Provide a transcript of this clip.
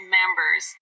members